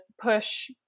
push